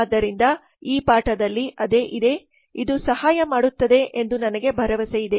ಆದ್ದರಿಂದ ಈ ಪಾಠದಲ್ಲಿ ಅದೇ ಇದೆ ಇದು ಸಹಾಯ ಮಾಡುತ್ತದೆ ಎಂದು ನಾನು ಭಾವಿಸುತ್ತೇನೆ